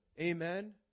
Amen